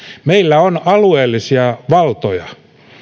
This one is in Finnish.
meillä on alueellisia valtoja